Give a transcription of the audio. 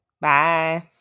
Bye